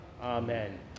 Amen